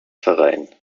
verein